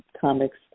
comics